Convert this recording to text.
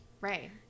Right